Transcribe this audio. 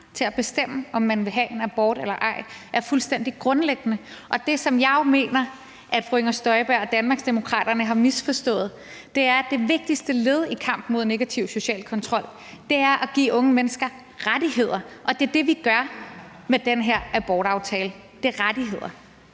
til at bestemme, om man vil have en abort eller ej, er fuldstændig grundlæggende. Det, som jeg jo mener, at fru Inger Støjberg og Danmarksdemokraterne har misforstået, er, at det vigtigste led i kampen mod negativ social kontrol er at give unge mennesker rettigheder, og det er det, vi gør med den her abortaftale. Det er rettigheder,